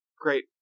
Great